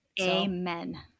Amen